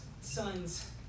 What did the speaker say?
Son's